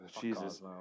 Jesus